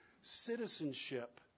citizenship